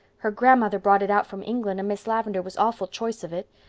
her grandmother brought it out from england and miss lavendar was awful choice of it.